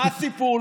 גברתי, מה הסיפור?